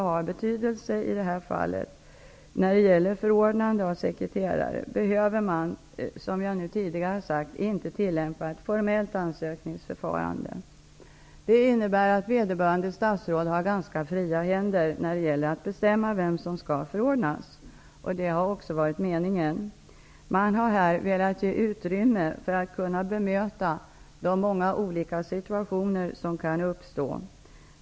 Vad sedan gäller själva förfarandet att förordna en sekreterare behöver man inte, som jag tidigare har sagt, tillämpa ett formellt ansökningsförfarande. Det innebär att vederbörande statsråd har ganska fria händer när det gäller att bestämma vem som skall förordnas. Det har också varit meningen. Man har här velat ge utrymme för att kunna möta de många olika situationer som kan uppstå.